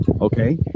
Okay